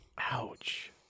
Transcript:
Ouch